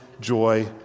joy